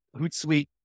Hootsuite